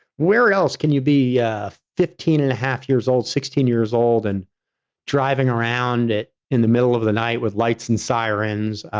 where else can you be fifteen and a half years old, sixteen years old and driving around it in the middle of the night with lights and sirens.